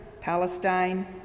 Palestine